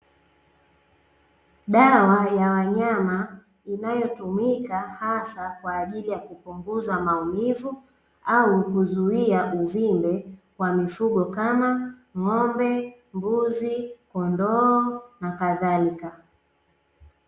Dawa ya wanyama inayotumika hasa kwa ajili ya kupunguza maumivu au kuzuia uvimbe kwa mifugo kama ng'ombe, mbuzi, kondoo na kadhalika .